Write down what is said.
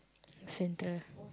Central